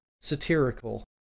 satirical